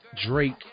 drake